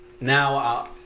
Now